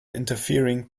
interfering